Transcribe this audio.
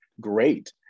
great